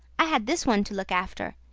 i had this one to look after.